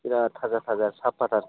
बिराद थाजा थाजा साफाथार